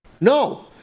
No